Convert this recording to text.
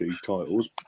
titles